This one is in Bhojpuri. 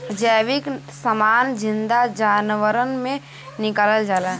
जैविक समान जिन्दा जानवरन से निकालल जाला